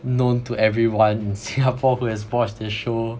known to everyone in Singapore who has watched this show